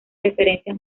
referencias